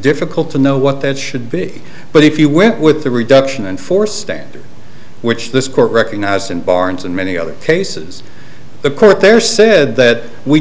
difficult to know what that should be but if you went with the reduction and for standards which this court recognized in barns and many other cases the court there said that we